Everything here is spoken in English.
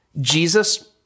Jesus